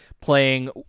playing